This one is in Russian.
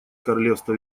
королевства